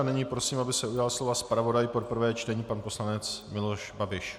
Nyní prosím, aby se ujal slova zpravodaj pro prvé čtení pan poslanec Miloš Babiš.